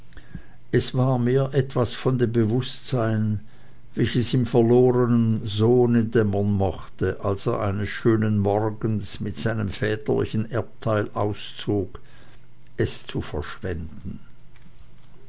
es war mehr etwas von dem bewußtsein welches im verlornen sohne dämmern mochte als er eines schönen morgens mit seinem väterlichen erbteil auszog es zu verschwenden